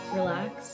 relax